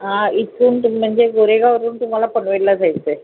हां इथून तुम्ही म्हणजे गोरेगाववरून तुम्हाला पनवेलला जायचं आहे